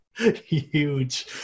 Huge